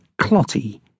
Clotty